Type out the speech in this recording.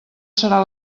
serà